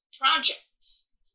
projects